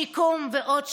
שיקום ועוד שיקום.